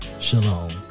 Shalom